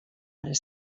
per